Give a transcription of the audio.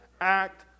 act